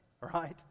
right